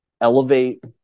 elevate –